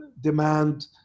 demand